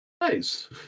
Nice